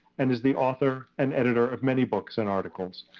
and is the author and editor of many books and articles.